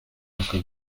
aka